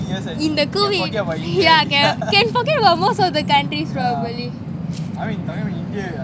இந்த:intha yeah talking about most of the countries probably